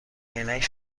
عینک